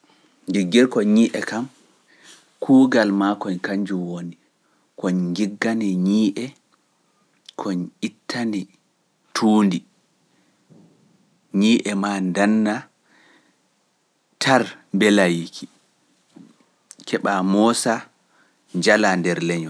Njiggirkoin ñii'e kam kuugal maa koin kañjun woni, koin ngiggane ñii'e koin ittane tuundi, ñii'e maa ndanna tar mbela yiiki, keɓa moosa njala nder leñol.